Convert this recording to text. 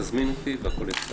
תזמינו אותי והכול יהיה בסדר.